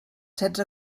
setze